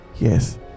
yes